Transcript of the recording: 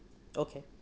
okay